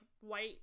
white